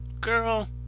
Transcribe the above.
girl